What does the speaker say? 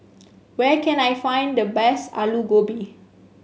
where can I find the best Alu Gobi